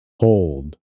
Hold